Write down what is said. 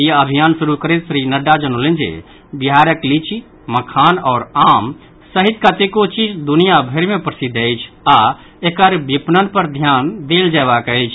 ई अभियान शुरू करैत श्री नड्डा जनौलनि जे बिहारक लीची मखान आओर आम सहित कतेको चीज दुनिया भरि मे प्रसिद्ध अछि आओर एकर विपणन पर ध्यान देल जयबाक अछि